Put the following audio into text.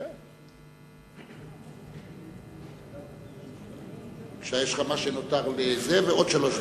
חבר הכנסת בן-ארי, יש לך מה שנותר ועוד שלוש דקות.